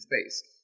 space